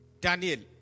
Daniel